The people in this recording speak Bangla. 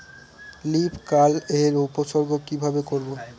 লিফ কার্ল এর উপসর্গ কিভাবে করব?